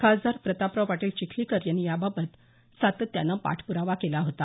खासदार प्रतापराव पाटील चिखलीकर यांनी याबाबत सातत्यानं पाठप्रावा केला होता